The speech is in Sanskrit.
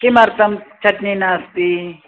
किमर्थं चट्नी नास्ति